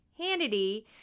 hannity